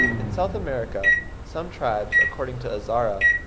in south america some tribes, according to azara,